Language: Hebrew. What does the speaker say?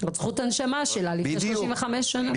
רצחו את הנשמה שלה לפני 35 שנה.